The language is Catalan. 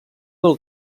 del